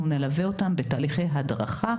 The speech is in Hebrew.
אנחנו נלווה אותם בתהליכי הדרכה,